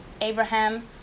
Abraham